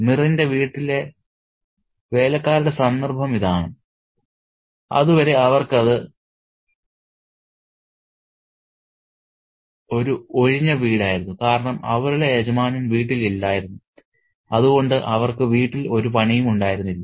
മിറിന്റെ വീട്ടിലെ വേലക്കാരുടെ സന്ദർഭം ഇതാണ് ഇതുവരെ അവർക്ക് അത് ഒരു ഒഴിഞ്ഞ വീടായിരുന്നു കാരണം അവരുടെ യജമാനൻ വീട്ടിൽ ഇല്ലായിരുന്നു അതുകൊണ്ട് അവർക്ക് വീട്ടിൽ ഒരു പണിയും ഉണ്ടായിരുന്നില്ല